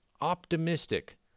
optimistic